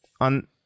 on